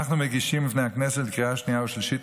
אנחנו מגישים בפני הכנסת לקריאה שנייה ושלישית